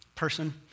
person